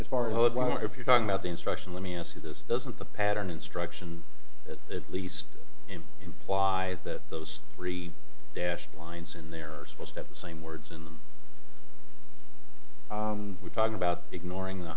as far as what if you're talking about the instruction let me ask you this doesn't the pattern instructions at least in imply that those three dash lines in there are supposed to have the same words in them we're talking about ignoring the